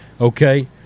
okay